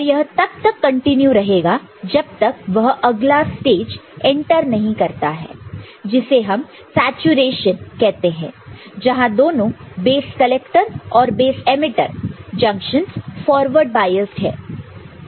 और यह तब तक कंटिन्यू रहेगा जब तक वह अगला स्टेज एंटर नहीं करता है जिसे हम सैचुरेशन कहते हैं जहां दोनों बेस कलेक्टर और base emitter junctions forward biased है